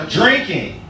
drinking